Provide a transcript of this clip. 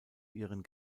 ihren